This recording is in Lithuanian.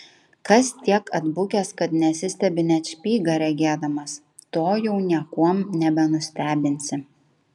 kas tiek atbukęs kad nesistebi net špygą regėdamas to jau niekuom nebenustebinsi